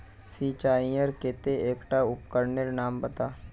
सिंचाईर केते एकटा उपकरनेर नाम बता?